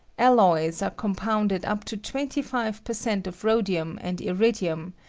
alloys are com pounded up to twenty five per cent, of rhodium and irid ium,